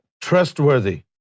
trustworthy